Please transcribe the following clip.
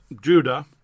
Judah